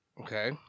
Okay